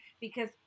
because-